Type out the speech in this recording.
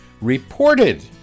reported